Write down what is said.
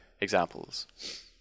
examples